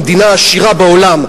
המדינה העשירה בעולם,